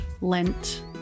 Lent